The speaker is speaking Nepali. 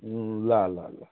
ल ल ल